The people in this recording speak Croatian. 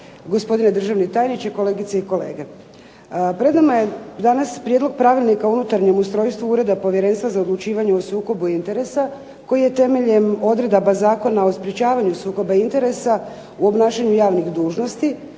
gospodine državni tajniče, kolegice i kolege. Pred nama je danas prijedlog pravilnika o unutarnjem ustrojstvu Ureda povjerenstava za odlučivanje o sukobu interesa koji je temeljem odredaba Zakona o sprečavanju sukoba interesa u obnašanju javnih dužnosti